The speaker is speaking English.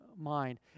mind